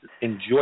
enjoy